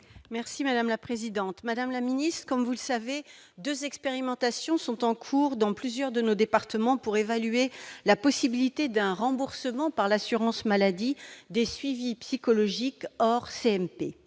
et de la santé. Madame la ministre, comme vous le savez, deux expérimentations sont en cours dans plusieurs de nos départements pour évaluer la possibilité d'un remboursement par l'assurance maladie des suivis psychologiques hors des